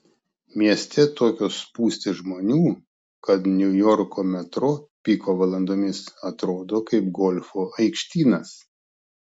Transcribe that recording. mieste tokios spūstys žmonių kad niujorko metro piko valandomis atrodo kaip golfo aikštynas